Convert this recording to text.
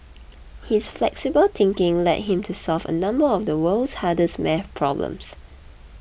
his flexible thinking led him to solve a number of the world's hardest math problems